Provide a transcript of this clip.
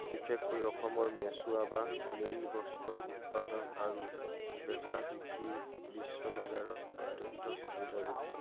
বিশেষকৈ অসমৰ মেচোৱা বা মেল বস্ত্ৰৰ উৎপাদন আৰু বেচা বিক্ৰী বিশ্ব বজাৰত অত্যন্ত চাহিদাযুক্ত